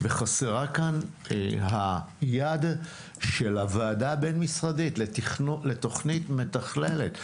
חסרה כאן היד של הוועדה הבין-משרדית לתוכנית מתכללת.